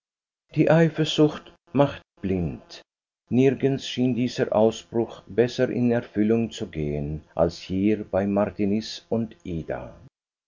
die eifersucht macht blind nirgends schien dieser ausspruch besser in erfüllung zu gehen als hier bei martiniz und ida